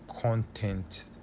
content